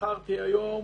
בחרתי ביום